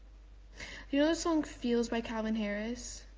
yeah song feels by calvin harris,